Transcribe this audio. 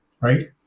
Right